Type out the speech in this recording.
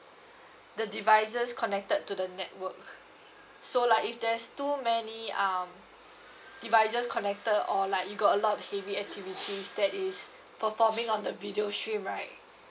the devices connected to the network so like if there's too many um devices connected or like you got a lot of heavy activity that is performing on the video stream right